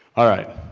alright,